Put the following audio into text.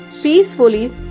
peacefully